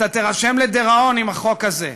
אתה תירשם לדיראון עם החוק הזה,